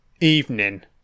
evening